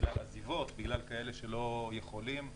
בגלל עזיבות, בגלל כאלה שלא יכולים.